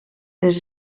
les